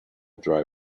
dry